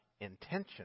intention